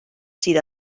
sydd